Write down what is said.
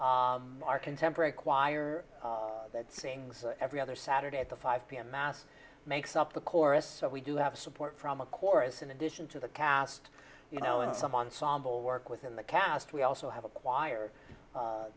our contemporary choir that sings every other saturday at the five pm mass makes up the chorus so we do have support from a chorus in addition to the cast you know and some ensemble work within the cast we also have a choir